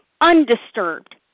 undisturbed